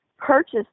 purchase